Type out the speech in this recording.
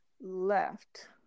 left